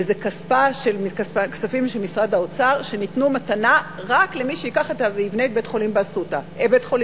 ואלה כספים של משרד האוצר שניתנו מתנה רק למי שיבנה את בית-חולים אשדוד.